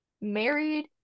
married